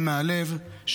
ומהלב,